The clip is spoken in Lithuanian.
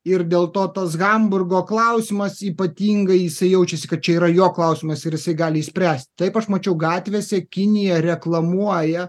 ir dėl to tas hamburgo klausimas ypatingai jisai jaučiasi kad čia yra jo klausimas ir jisai gali jį spręst taip aš mačiau gatvėse kinija reklamuoja